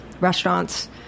restaurants